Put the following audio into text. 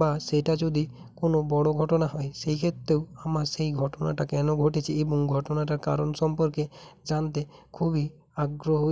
বা সেটা যদি কোনো বড় ঘটনা হয় সেই ক্ষেত্রেও আমার সেই ঘটনাটা কেন ঘটেছে এবং ঘটনাটা কারণ সম্পর্কে জানতে খুবই আগ্রহ